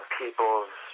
people's